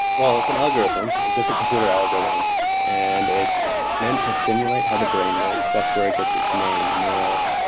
well, it's an algorithm. it's just a computer algorithm and it's meant to simulate how the brain works. that's where it gets its name neural,